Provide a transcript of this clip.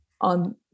on